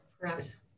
Correct